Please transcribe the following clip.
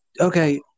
Okay